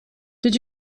did